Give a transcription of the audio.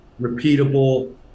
repeatable